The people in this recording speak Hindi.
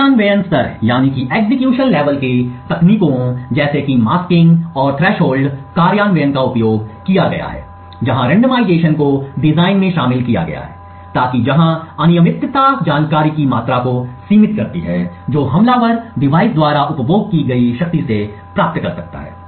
कार्यान्वयन स्तर की तकनीकों जैसे कि मास्किंग और थ्रेशोल्ड कार्यान्वयन का उपयोग किया गया है जहां रैंडमाइजेशन को डिज़ाइन में शामिल किया गया है ताकि जहां अनियमितता जानकारी की मात्रा को सीमित करती है जो हमलावर डिवाइस द्वारा उपभोग की गई शक्ति से प्राप्त कर सकता है